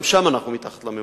וגם שם אנחנו מתחת לממוצע.